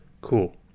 cool